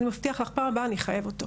אני מבטיח לך בפעם הבאה אני אחייב אותו.